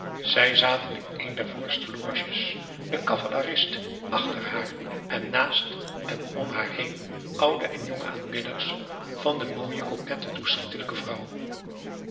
zij zaten in een der voorste loges de cavalerist achter haar en naast en om haar heen oude en jonge aanbidders van de mooie coquette toeschietelijke vrouw